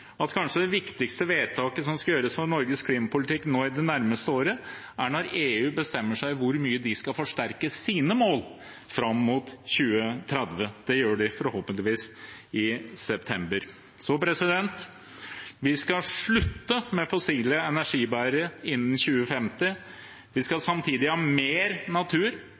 at kanskje det viktigste vedtaket som skal gjøres for Norges klimapolitikk nå i det nærmeste året, er når EU bestemmer seg for hvor mye de skal forsterke sine mål fram mot 2030. Det gjør de forhåpentligvis i september. Vi skal slutte med fossile energibærere innen 2050. Vi skal samtidig ha mer natur,